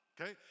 Okay